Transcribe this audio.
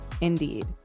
Indeed